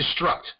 destruct